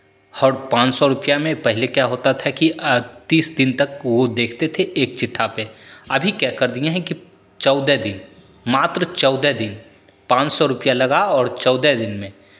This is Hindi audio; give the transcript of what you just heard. हर पाँच सौ रुपैया में पहिले क्या होता था कि तीस दिन तक वो देखते थे एक चिट्ठा पे अभी क्या कर दिए हैं कि चौदह दिन मात्र चौदह दिन पाँच सौ रुपैया लगाओ और चौदह दिन में